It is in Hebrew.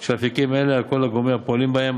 של אפיקים אלה על כל הגורמים הפועלים בהם.